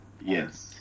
Yes